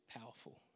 powerful